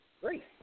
Great